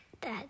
Dad